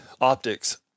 optics